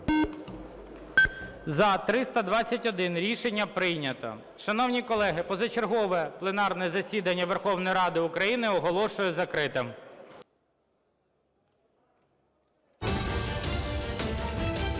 За-321 Рішення прийнято. Шановні колеги, позачергове пленарне засідання Верховної Ради України оголошую закритим.